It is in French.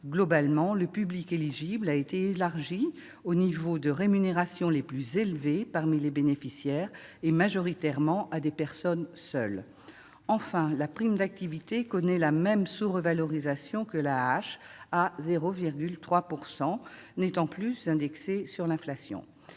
Globalement, le public éligible a été élargi au niveau des rémunérations les plus élevées parmi les bénéficiaires et majoritairement à des personnes seules. Enfin, la prime d'activité connaît la même sous-revalorisation que l'AAH- 0,3 % -et n'est plus indexée sur l'inflation.